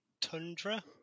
Tundra